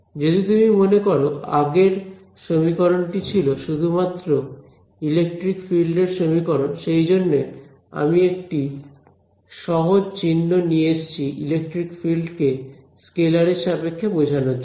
যদি তুমি মনে করো আগের সমীকরণটি ছিল শুধুমাত্র ইলেকট্রিক ফিল্ডের সমীকরণ সেই জন্য আমি একটা সহজ চিহ্ন নিয়ে এসেছি ইলেকট্রিক ফিল্ড কে স্কেলার এর সাপেক্ষে বোঝানোর জন্য